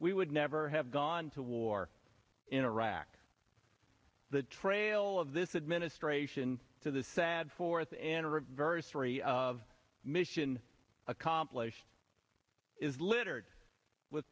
we would never have gone to war in iraq the trail of this administration to the sad fourth anniversary of mission accomplished is littered with